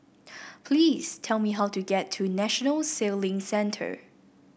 please tell me how to get to National Sailing Centre